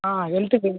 ஆ ஹெல்த்துக்கு